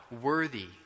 worthy